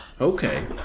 Okay